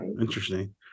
interesting